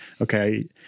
okay